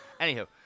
Anywho